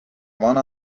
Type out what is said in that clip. vana